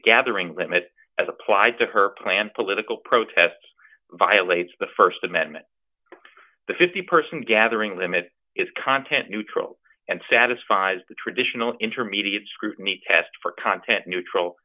gathering limit as applied to her planned political protest violates the st amendment the fifty person gathering them it is content neutral and satisfies the traditional intermediate scrutiny test for content neutral